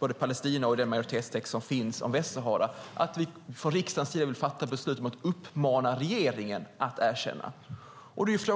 om Palestina och den majoritetstext som finns om Västsahara, att vi från riksdagens sida vill fatta beslut om att uppmana regeringen att erkänna dessa.